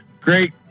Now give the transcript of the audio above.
Great